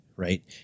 right